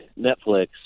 Netflix